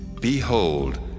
Behold